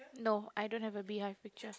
no I don't have a beehive picture